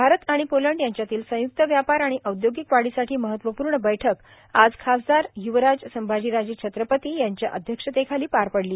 भारत आणि पोलंड यांच्यातील संय्क्त व्यापार आणि औद्योगिक वाढीसाठी महत्वपूर्ण बैठक आज खासदार य्वराज संभाजीराजे छत्रपती यांच्या अध्यक्षतेखाली पार पडली